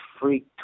freak